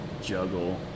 juggle